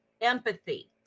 Empathy